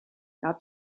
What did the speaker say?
got